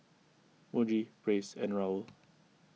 Muji Praise and Raoul